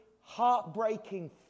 heartbreaking